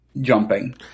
jumping